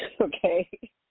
Okay